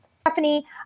Stephanie